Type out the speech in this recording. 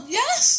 yes